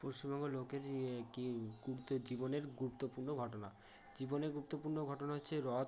পশ্চিমবঙ্গের লোকের যে কী গুরুত্বের জীবনের গুরুত্বপূর্ণ ঘটনা জীবনের গুরুত্বপূর্ণ ঘটনা হচ্ছে রথ